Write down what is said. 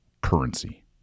currency